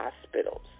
hospitals